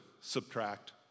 Subtract